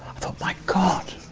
i thought, my god,